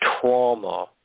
trauma